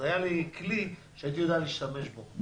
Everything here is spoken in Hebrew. אז היה לי כלי שהייתי יודע להשתמש בו,